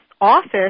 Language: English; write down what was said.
office